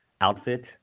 outfit